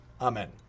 Amen